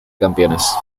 campeones